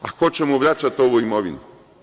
A, ko će mu vraćati ovu imovinu?